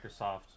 Microsoft